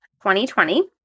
2020